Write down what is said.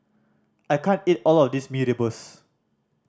I can't eat all of this Mee Rebus